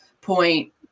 point